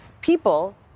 People